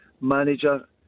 manager